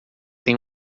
tem